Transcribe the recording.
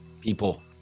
people